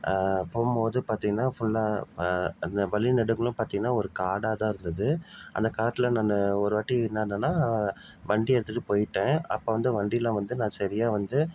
போகும்போது பார்த்தீங்கன்னா ஃபுல்லாக அந்த வழி நெடுகிலும் பார்த்தீங்கன்னா ஒரு காடாகதான் இருந்தது அந்த காட்டில் நான் ஒரு வாட்டி என்ன ஆனேன்னா வண்டியை எடுத்துட்டு போய்ட்டேன் அப்போ வந்து வண்டியில் வந்து நான் சரியா வந்து